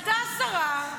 עלתה השרה,